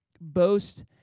boast